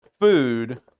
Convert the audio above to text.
food